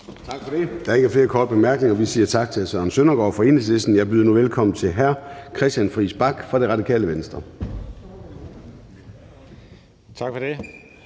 Tak for det. Der er ikke flere korte bemærkninger. Vi siger tak til hr. Søren Søndergaard fra Enhedslisten. Jeg byder nu velkommen til hr. Christian Friis Bach fra Radikale Venstre. Kl.